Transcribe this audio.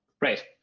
Right